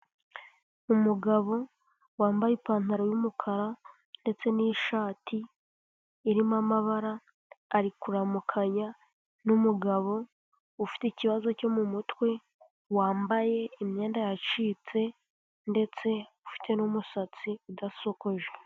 Umugabo wambaye ipantaro y'umukara ndetse n'ishati irimo amabara, ari kuramukanya n'umugabo ufite ikibazo cyo mu mutwe wambaye imyenda yacitse ndetse ufite n'umusatsi udasokoje.